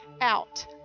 out